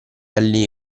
alle